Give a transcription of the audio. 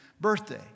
birthday